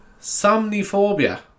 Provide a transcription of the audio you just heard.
Somniphobia